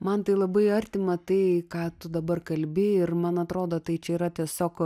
man tai labai artima tai ką tu dabar kalbi ir man atrodo tai čia yra tiesiog